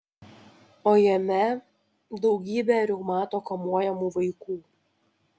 o jame daugybė reumato kamuojamų vaikų